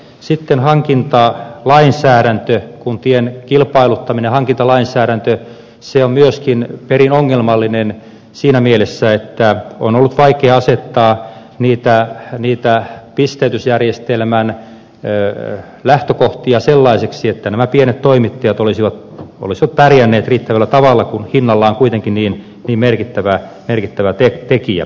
sitten hankintalainsäädäntö on myöskin perin ongelmallinen siinä mielessä että on ollut vaikea asettaa niitä pisteytysjärjestelmän lähtökohtia sellaisiksi että nämä pienet toimittajat olisivat pärjänneet riittävällä tavalla kun hinta on kuitenkin niin merkittävä tekijä